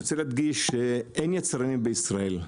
אני רוצה להדגיש שאין יצרנים בישראל.